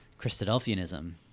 Christadelphianism